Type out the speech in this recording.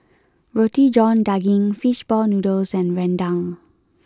Roti John Daging fish ball noodles and Rendang